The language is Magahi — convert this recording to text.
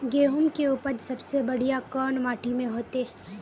गेहूम के उपज सबसे बढ़िया कौन माटी में होते?